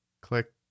click